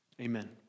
Amen